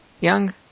young